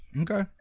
Okay